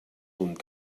punt